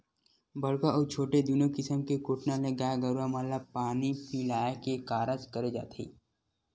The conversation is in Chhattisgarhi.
बड़का अउ छोटे दूनो किसम के कोटना ले गाय गरुवा मन ल पानी पीया के कारज करे जाथे